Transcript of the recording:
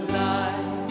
life